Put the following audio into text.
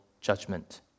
judgment